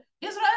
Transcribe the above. Israel